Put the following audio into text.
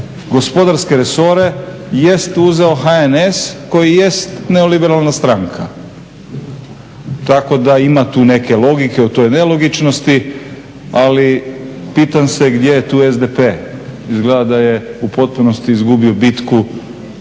gospodarske resore jest uzeo HNS koji jest neoliberalna stranka. Tako da ima tu neke logike u toj nelogičnosti ali pitam se gdje je tu SDP? Izgleda da je u potpunosti izgubio bitku za